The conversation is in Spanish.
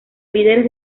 líderes